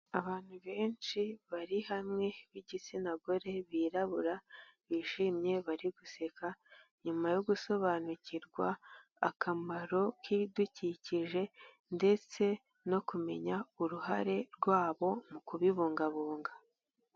Abantu benshi bari hamwe b'igitsina gore birabura, bishimye bari guseka, nyuma yo gusobanukirwa akamaro k'ibidukikije, ndetse no kumenya uruhare rwabo mu kubibungabunga.